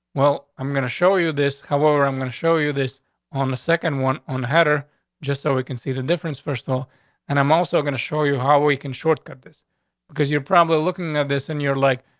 well, i'm gonna show you this. however, i'm going to show you this on the second one on the header just so we can see the difference personal. and i'm also going to show you how we can shortcut this because you're probably looking at this and you're like,